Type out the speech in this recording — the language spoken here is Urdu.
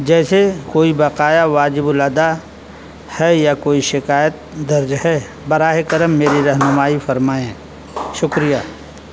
جیسے کوئی بقایا واجب الادا ہے یا کوئی شکایت درج ہے براہ کرم میری رہنمائی فرمائیں شکریہ